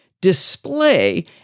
Display